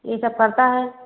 यह सब करता है